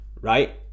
right